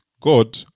God